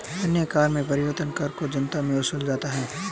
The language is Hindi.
अन्य कर में परिवहन कर को जनता से वसूला जाता है